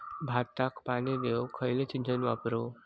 भाताक पाणी देऊक खयली सिंचन वापरू?